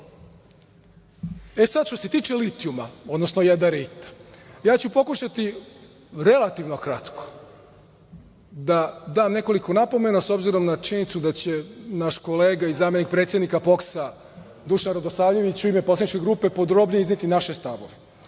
sada, što se tiče litijuma, odnosno jadarita, ja ću pokušati relativno kratko da dam nekoliko napomena s obzirom na činjenicu da će naš kolega i zamenik predsednika POKS, Dušan Radosavljević u ime poslaničke grupe podrobnije izneti naše stavove,